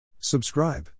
Subscribe